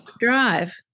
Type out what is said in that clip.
drive